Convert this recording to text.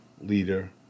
leader